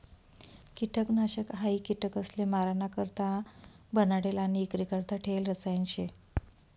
किटकनाशक हायी किटकसले माराणा करता बनाडेल आणि इक्रीकरता ठेयेल रसायन शे